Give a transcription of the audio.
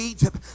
Egypt